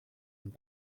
und